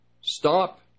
stop